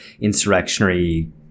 insurrectionary